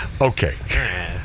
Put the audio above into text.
okay